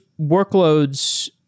workloads